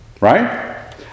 Right